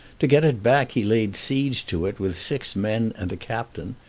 to get it back he laid siege to it with six men and a captain.